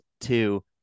Two